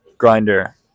Grinder